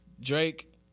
Drake